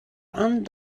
and